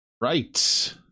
Right